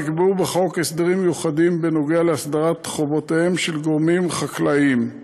נקבעו בחוק הסדרים מיוחדים בנוגע להסדרת חובותיהם של גורמים חקלאיים.